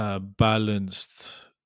balanced